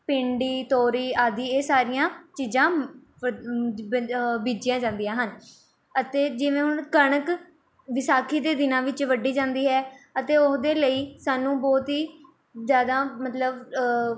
ਭਿੰਡੀ ਤੋਰੀ ਆਦਿ ਇਹ ਸਾਰੀਆਂ ਚੀਜ਼ਾਂ ਬੀਜੀਆਂ ਜਾਂਦੀਆਂ ਹਨ ਅਤੇ ਜਿਵੇਂ ਹੁਣ ਕਣਕ ਵਿਸਾਖੀ ਦੇ ਦਿਨਾਂ ਵਿੱਚ ਵੱਢੀ ਜਾਂਦੀ ਹੈ ਅਤੇ ਉਹਦੇ ਲਈ ਸਾਨੂੰ ਬਹੁਤ ਹੀ ਜ਼ਿਆਦਾ ਮਤਲਬ